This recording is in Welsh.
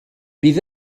bydd